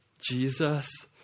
Jesus